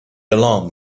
alarm